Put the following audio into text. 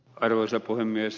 arvoisa puhemies